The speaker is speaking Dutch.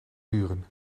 duren